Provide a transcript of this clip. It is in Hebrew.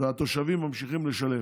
והתושבים ממשיכים לשלם.